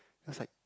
then I was like